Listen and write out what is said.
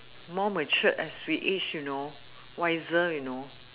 more mature as we age you know wiser you know